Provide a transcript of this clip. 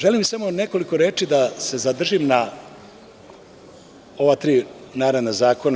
Želim sa nekoliko reči da se zadržim na ova tri naredna zakona.